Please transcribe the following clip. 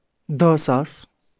دہ ساس